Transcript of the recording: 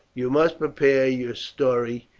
you must prepare your story,